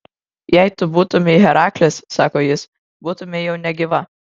jei tu būtumei heraklis sako jis būtumei jau negyva